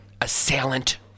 assailant